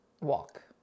Walk